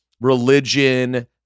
religion